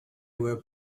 were